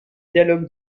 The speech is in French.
dialogues